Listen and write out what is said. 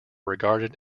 regarded